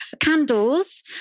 candles